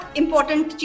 important